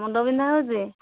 ମୁଣ୍ଡ ବିନ୍ଧା ହଉଛି